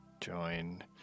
Join